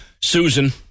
Susan